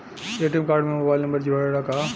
ATM card में mobile number जुरेला का?